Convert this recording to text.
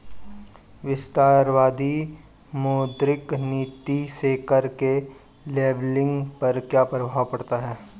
विस्तारवादी मौद्रिक नीति से कर के लेबलिंग पर क्या प्रभाव पड़ता है?